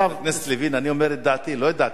חבר הכנסת לוין, אני אומר את דעתי, לא את דעתך.